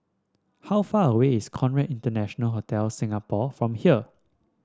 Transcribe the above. how far away is Conrad International Hotel Singapore from here